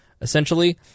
Essentially